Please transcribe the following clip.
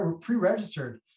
pre-registered